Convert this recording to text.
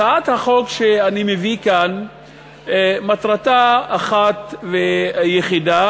הצעת החוק שאני מביא כאן מטרתה אחת ויחידה,